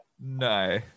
No